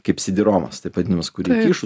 kaip sidiromas taip vadinamus kurį įkišus